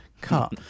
cut